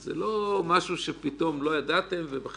זה לא משהו שלא ידעתם ולא